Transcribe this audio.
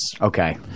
Okay